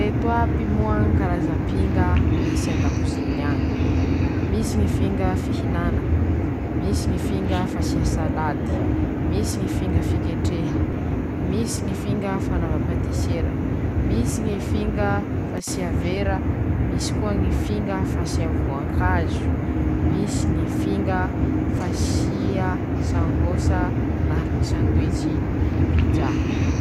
Ñy fomba fiasany ñy fandokoa katà, natao handokoa ñy sary amboarin-teña, lafa teña ro tà hañome endriky tà hañome haingo ñy sary amboarin-teña, lokoan-teña aminy ñy pensily hazo ;zay ñ'asany raha reñé natao handokoa fa tsy natao hanorata.